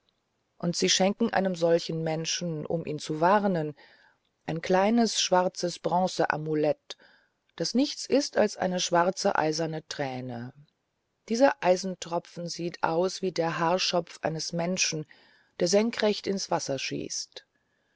und sie schenken einem solchen menschen um ihn zu warnen ein kleines schwarzes bronzeamulett das nichts ist als eine schwarze eiserne träne dieser eisentropfen sieht aus wie der haarschopf eines menschen der senkrecht ins wasser schießt